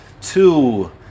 two